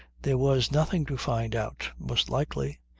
there was nothing to find out, most likely.